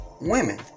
women